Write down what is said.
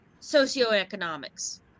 socioeconomics